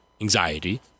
anxiety